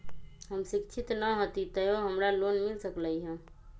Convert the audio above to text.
हम शिक्षित न हाति तयो हमरा लोन मिल सकलई ह?